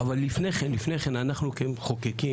אבל לפני כן, אנחנו כמחוקקים,